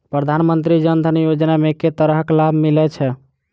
प्रधानमंत्री जनधन योजना मे केँ तरहक लाभ मिलय छै?